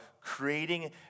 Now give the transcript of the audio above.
creating